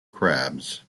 crabs